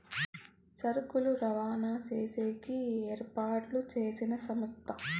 సరుకులు రవాణా చేసేకి ఏర్పాటు చేసిన సంస్థ